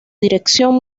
dirección